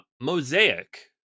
Mosaic